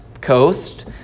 coast